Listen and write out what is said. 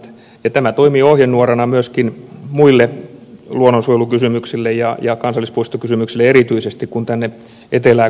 tämä toimii ohjenuorana myöskin muille luonnonsuojelukysymyksille ja kansallispuistokysymyksille erityisesti kun tänne etelää kohti tullaan